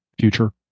future